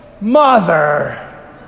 Mother